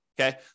Okay